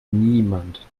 niemand